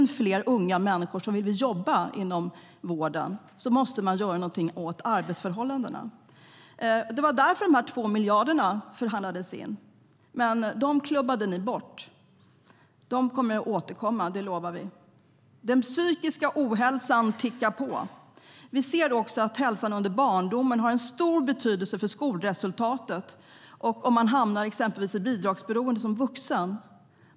Det var därför de 2 miljarderna förhandlades in, men dem klubbade ni bort.